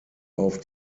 auf